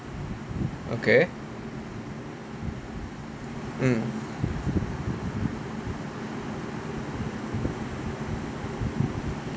okay mm